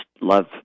love